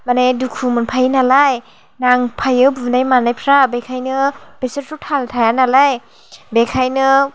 माने दुखु मोनफायो नालाय नांफायो बुनाय मानायफ्रा बेखायनो बिसोरथ' थाल थाया नालाय बेखायनो